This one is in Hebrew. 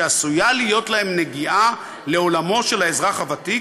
שעשויה להיות להם נגיעה לעולמו של האזרח הוותיק,